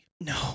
no